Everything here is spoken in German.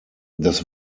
das